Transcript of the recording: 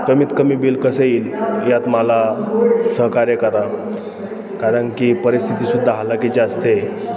कमीतकमी बिल कसं येईल यात मला सहकार्य करा कारण की परिस्थितीसुद्धा हलाखीची असते